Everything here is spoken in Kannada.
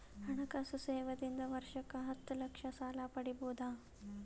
ಹಣಕಾಸು ಸೇವಾ ದಿಂದ ವರ್ಷಕ್ಕ ಹತ್ತ ಲಕ್ಷ ಸಾಲ ಪಡಿಬೋದ?